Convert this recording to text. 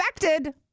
affected